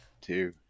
two